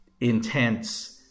intense